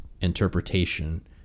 interpretation